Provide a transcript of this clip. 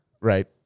Right